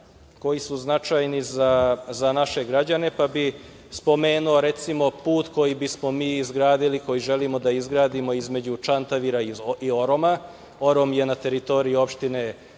koji su značajni za naše građane, pa bih spomenuo, recimo, put koji bismo mi izgradili, koji želimo da izgradimo između Čantavira i Oroma. Orom je na teritoriji opštine